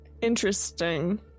Interesting